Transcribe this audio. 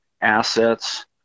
assets